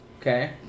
okay